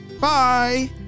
Bye